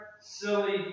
silly